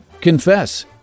confess